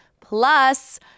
Plus